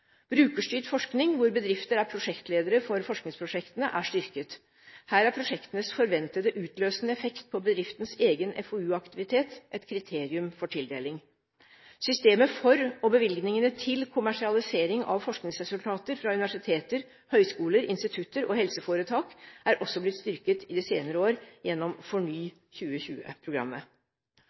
Brukerstyrt forskning, hvor bedrifter er prosjektledere for forskningsprosjektene, er styrket. Her er prosjektenes forventede utløsende effekt på bedriftens egen FoU-aktivitet et kriterium for tildeling. Systemet for og bevilgningene til kommersialisering av forskningsresultater fra universiteter, høgskoler, institutter og helseforetak er også blitt styrket i de senere år gjennom FORNY